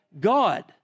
God